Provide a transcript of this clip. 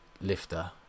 lifter